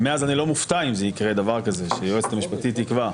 ומאז אני לא מופתע אם יקרה דבר כזה שהיועצת המשפטית תקבע.